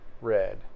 Red